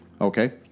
Okay